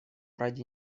ради